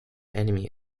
enemy